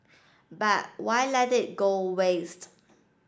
but why let it go waste